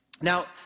now